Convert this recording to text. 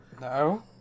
No